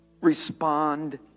respond